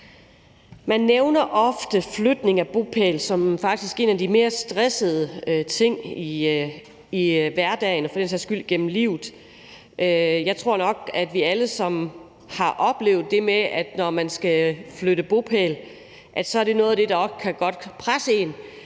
Man nævner faktisk ofte flytning af bopæl som en af de mere stressende ting i hverdagen og for den sags skyld igennem livet. Jeg tror nok, at vi alle sammen har oplevet det med, at når man skal flytte bopæl, er det noget af det, der godt kan presse en.